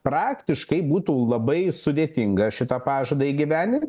praktiškai būtų labai sudėtinga šitą pažadą įgyvendint